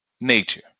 nature